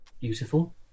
beautiful